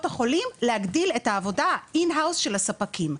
החולים להגדיל את העבודה אין האוס של הספקים.